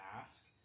ask